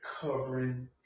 covering